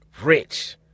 rich